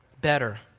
better